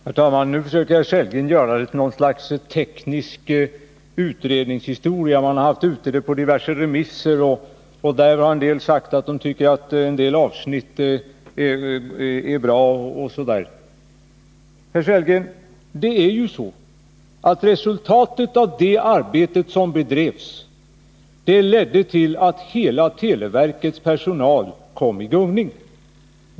Herr talman! Rolf Sellgren försöker göra detta till något slags teknisk utredningshistoria. Frågan har varit ute på remiss ett antal gånger. Somliga har uttalat att en del avsnitt är bra osv. Herr Sellgren! Resultatet av det arbetet ledde till att tillvaron för hela televerkets personal kom i gungning.